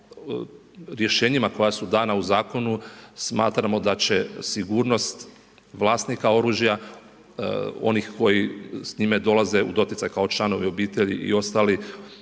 a rješenjima koja su dana u zakonu smatramo da će sigurnost vlasnika oružja onih koji s njime dolaze u doticaj kao članovi obitelji i ostali